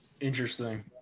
Interesting